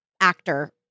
actor